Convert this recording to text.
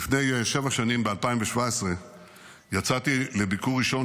לפני שבע שנים ב-2017 יצאתי לביקור ראשון